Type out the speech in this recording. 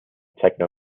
techno